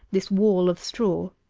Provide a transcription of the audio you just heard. this wall of straw.